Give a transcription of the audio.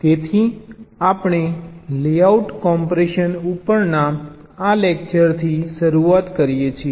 તેથી આપણે layout compaction ઉપરના આ લેકચરથી શરૂઆત કરીએ છીએ